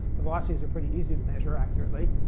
the velocities are pretty easy to measure accurately,